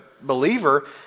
believer